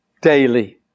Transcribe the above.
Daily